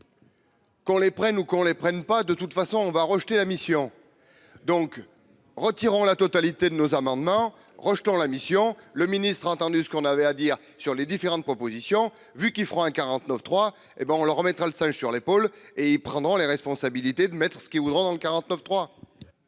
Qu'on les prenne ou qu'on les prenne pas de toute façon on va rejeter la mission donc retirant la totalité de nos amendements, rejetant la mission, le ministre a entendu ce qu'on avait à dire sur les différentes propositions, vu qu'ils feront un 49 3 hé ben on leur remettra le singe sur l'épaule et il prendra les responsabilités de maître, ce qui voudront dans le 49 3.